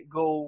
go